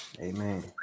Amen